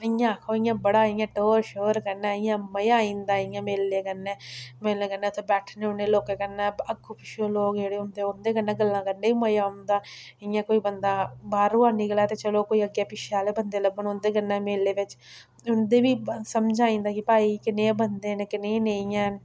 इ'यां आखो इ'यां बड़ा इ'यां टोर शोर कन्नै इ'यां मज़ा आई जंदा इ'यां मेले कन्नै मेले कन्नै उत्थै बैठने होन्नें लोकें कन्नै अग्गुं पिच्छु लोक जेह्ड़े होंदे उं'दे कन्नै बी गल्लां करने ई मज़ा औंदा इ'यां कोई बंदा बाह्रूं दा निकलै ते चलो कोई अग्गें पिच्छें आह्ले बंदे लब्भन उं'दे कन्नै मेले बिच्च उं'दे बी समझ आई जंदा कि भाई कनेह् बंदे न कनेह् नेईं हैन